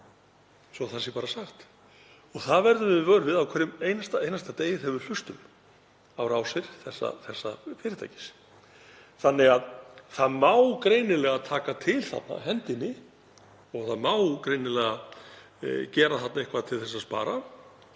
að það sé bara sagt. Það verðum við vör við á hverjum einasta degi þegar við hlustum á rásir þessa fyrirtækis. Það má því greinilega taka til hendinni þarna og það má greinilega gera þarna eitthvað til að spara.